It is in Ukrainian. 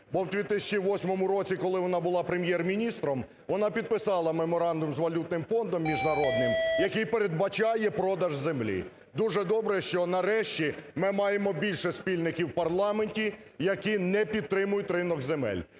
Бо в 2008 році, коли вона була Прем'єр-міністром, вона підписала меморандум з валютним фондом Міжнародним, який передбачає продаж землі. Дуже добре, що нарешті ми маємо більше спільників в парламенті, які не підтримують ринок земель.